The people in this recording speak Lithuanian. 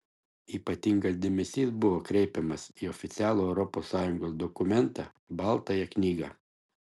ypatingas dėmesys buvo kreipiamas į oficialų europos sąjungos dokumentą baltąją knygą